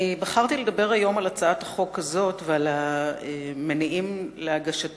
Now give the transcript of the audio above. בחרתי לדבר היום על הצעת החוק הזאת ועל המניעים להגשתה,